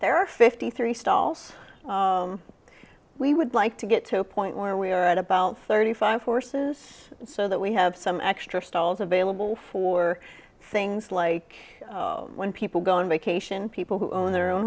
are fifty three stalls we would like to get to a point where we are at about thirty five horses so that we have some extra stalls available for things like when people go on vacation people who own their own